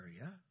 area